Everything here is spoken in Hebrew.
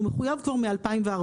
הוא מחויב כבר מ-2014.